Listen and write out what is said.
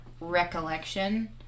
recollection